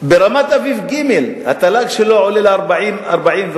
ברמת-אביב ג' התל"ג עולה ל-40,000,